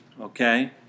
okay